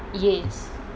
yes